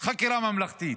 חקירה ממלכתית.